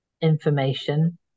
information